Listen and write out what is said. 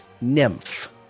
nymph